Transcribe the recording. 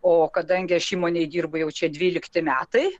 o kadangi aš įmonėj dirbu jau čia dvylikti metai